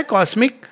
Cosmic